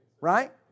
Right